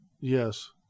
Yes